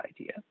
idea